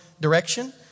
direction